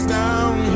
down